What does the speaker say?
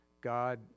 God